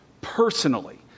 personally